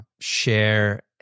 share